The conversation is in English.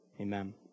amen